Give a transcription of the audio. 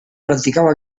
practicava